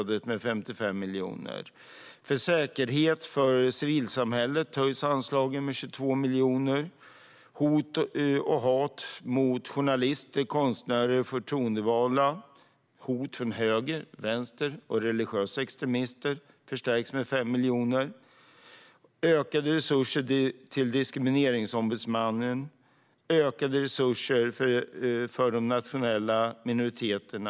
Anslagen höjs med 22 miljoner för säkerheten för civilsamhället. För arbetet mot hot och hat mot journalister, konstnärer och förtroendevalda - hot från höger, från vänster och från religiösa extremister - höjs anslaget med 5 miljoner. Diskrimineringsombudsmannen får ökade resurser. Det blir ökade resurser till de nationella minoriteterna.